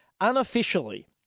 Unofficially